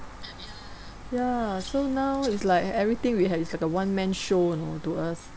ya so now is like everything we had is like a one-man show you know to us